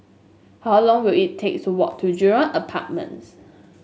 how long will it take to walk to Jurong Apartments